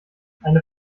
eine